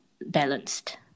balanced